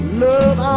love